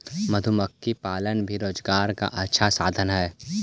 मधुमक्खी पालन भी रोजगार का अच्छा साधन हई